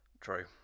True